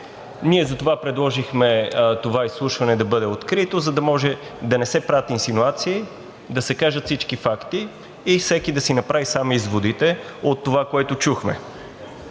Ние затова предложихме това изслушване да бъде открито, за да може да не се правят инсинуации, да се кажат всички факти и всеки да си направи сам изводите от това, което чухме.